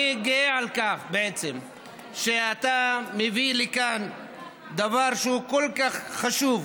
אני גאה על כך שאתה מביא לכאן דבר שהוא כל כך חשוב,